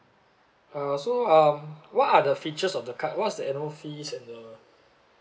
uh so um what are the features of the card what is the annual fees and the